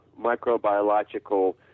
microbiological